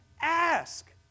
Ask